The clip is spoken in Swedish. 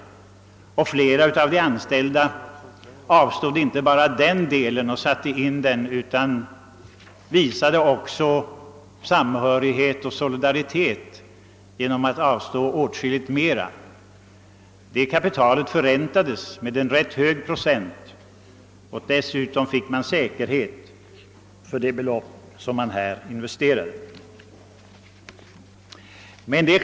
Flera av de anställda avstod inte bara den delen och satte in den utan visade också samhörighet och solidaritet med före taget genom att avstå åtskilligt mera. Det insatta kapitalet förräntades med en rätt hög procent, och dessutom fick de anställda säkerhet för det investerade beloppet.